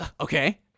Okay